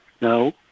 No